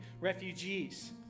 refugees